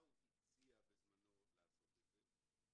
מתתיהו הציע בזמנו לעשות את זה,